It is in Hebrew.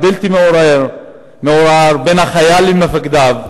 הבלתי מעורער בין החייל למפקדיו,